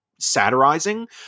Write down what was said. satirizing